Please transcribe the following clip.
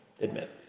admit